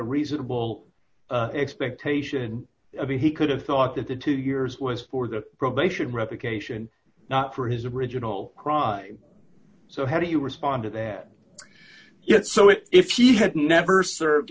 a reasonable expectation i mean he could have thought that the two years was for the probation revocation not for his original crime so how do you respond to that yes so if he had never served